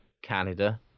Canada